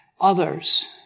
others